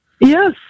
Yes